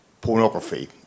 Pornography